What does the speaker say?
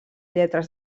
lletres